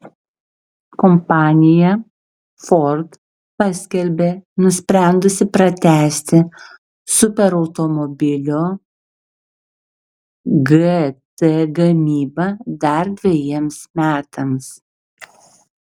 kompanija ford paskelbė nusprendusi pratęsti superautomobilio gt gamybą dar dvejiems metams